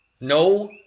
No